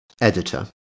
editor